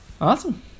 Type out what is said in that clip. Awesome